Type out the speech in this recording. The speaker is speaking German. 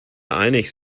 einig